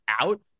out